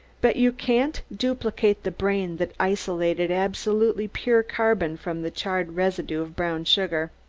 but you can't duplicate the brain that isolated absolutely pure carbon from the charred residue of brown sugar.